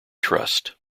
trust